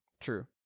True